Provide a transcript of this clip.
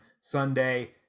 Sunday